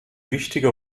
wichtige